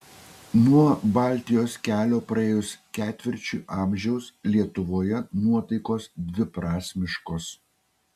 nuo baltijos kelio praėjus ketvirčiui amžiaus lietuvoje nuotaikos dviprasmiškos